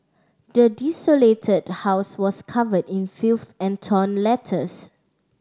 the desolated house was covered in filth and torn letters